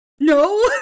No